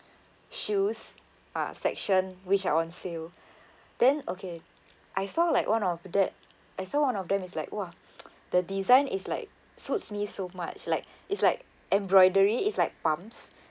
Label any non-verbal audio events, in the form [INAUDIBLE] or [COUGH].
shoes uh section which are on sale [BREATH] then okay I saw like one of that I saw one of them is like !wah! [NOISE] the design is like suits me so much like its like embroidery is like pumps